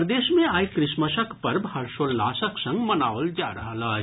प्रदेश मे आइ क्रिसमसक पर्व हर्षोल्लासक संग मनाओल जा रहल अछि